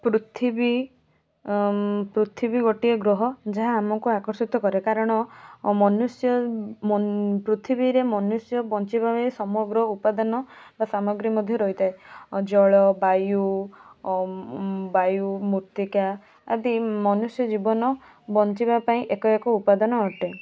ପୃଥିବୀ ପୃଥିବୀ ଗୋଟିଏ ଗ୍ରହ ଯାହା ଆମକୁ ଆକର୍ଷିତ କରେ କାରଣ ମନୁଷ୍ୟ ପୃଥିବୀରେ ମନୁଷ୍ୟ ବଞ୍ଚିବା ପାଇଁ ସମଗ୍ର ଉପାଦାନ ବା ସାମଗ୍ରୀ ମଧ୍ୟ ରହିଥାଏ ଜଳ ବାୟୁ ବାୟୁ ମୃତ୍ତିକା ଆଦି ମନୁଷ୍ୟ ଜୀବନ ବଞ୍ଚିବା ପାଇଁ ଏକ ଏକ ଉପାଦାନ ଅଟେ